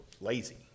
lazy